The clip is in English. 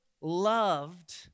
loved